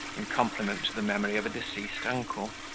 in compliment to the memory of a deceased uncle.